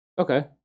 Okay